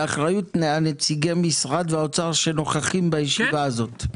ובאחריות נציגי המשרד והאוצר שנוכחים בישיבה הזאת,